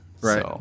Right